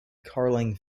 carling